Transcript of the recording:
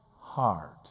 heart